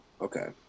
Okay